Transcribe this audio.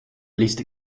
released